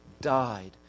died